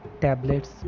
tablets